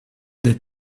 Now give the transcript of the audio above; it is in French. des